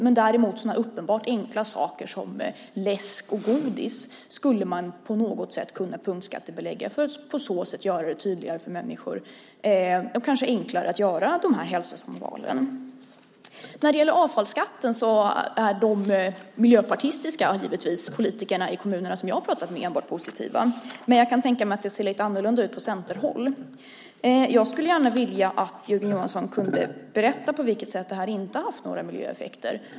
Men sådana uppenbart enkla saker som läsk och godis skulle man kunna belägga med punktskatt för att på så sätt göra det tydligare och kanske också enklare för människor att göra de hälsosamma valen. När det gäller avfallsskatten är de miljöpartistiska politiker som jag talat med i kommunerna givetvis enbart positiva. Jag kan dock tänka mig att det ser lite annorlunda ut på centerhåll. Jag skulle därför gärna vilja att Jörgen Johansson berättade på vilket sätt den inte haft några miljöeffekter.